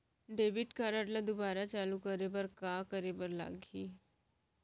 Debit card ला दोबारा चालू करे बर का करे बर लागही?